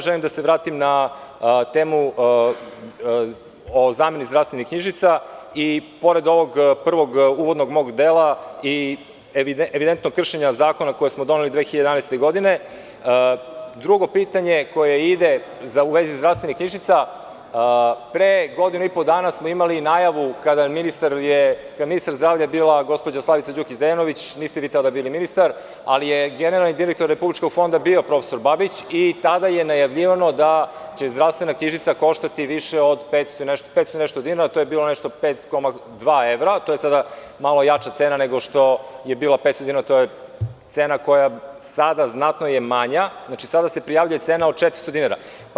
Želim, da se vratim na temu o zameni zdravstvenih knjižica i pored ovog prvog mog uvodnog dela i evidentnog kršenja zakona koji smo doneli 2011. godine, drugo pitanje koje ide u vezi zdravstvenih knjižica, pre godinu i po dana smo imali najavu kada je ministar zdravlja bila gospođa Slavica Đukić Dejanović, niste vi tada bili ministar, ali je generalni direktor Republičkog fonda bio profesor Babić i tada je najavljivano da će zdravstvena knjižica koštati više od 500 i nešto dinara, to je bilo nešto 5,2 evra, to je sada malo jača cena nego što je bilo 500 dinara, to je cena koja je sada znatno manja, sada se prijavljuje cena od 400 dinara.